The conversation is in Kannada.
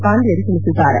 ಪಾಂಡ್ಲನ್ ತಿಳಿಸಿದ್ದಾರೆ